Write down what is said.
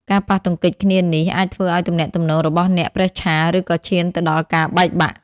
ការប៉ះទង្គិចគ្នានេះអាចធ្វើឲ្យទំនាក់ទំនងរបស់អ្នកប្រេះឆា ឬក៏ឈានទៅដល់ការបែកបាក់។